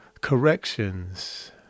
corrections